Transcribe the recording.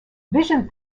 vision